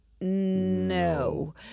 no